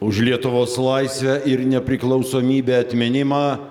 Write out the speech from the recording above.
už lietuvos laisvę ir nepriklausomybę atminimą